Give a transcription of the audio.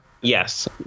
Yes